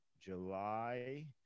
July